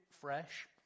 fresh